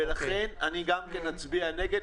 ולכן גם אני אצביע נגד,